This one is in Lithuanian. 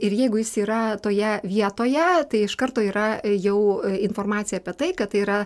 ir jeigu jis yra toje vietoje tai iš karto yra jau informacija apie tai kad tai yra